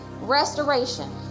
restoration